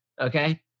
Okay